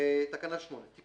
אין תקנות 6-7 לתקנות הטיס (רישיונות לעובדי טיס),